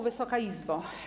Wysoka Izbo!